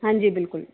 हाँ जी बिल्कुल